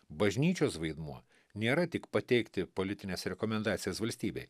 bažnyčios vaidmuo nėra tik pateikti politines rekomendacijas valstybei